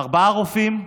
ארבעה רופאים,